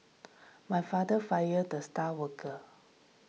my father fired the star worker